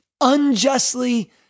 unjustly